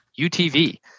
UTV